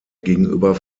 gegenüber